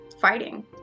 fighting